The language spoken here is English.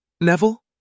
Neville